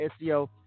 SEO